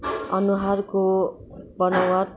अनुहारको बनावट